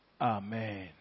Amen